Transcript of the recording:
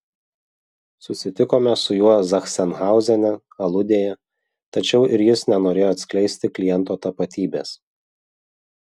susitikome su juo zachsenhauzene aludėje tačiau ir jis nenorėjo atskleisti kliento tapatybės